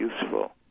useful